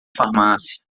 farmácia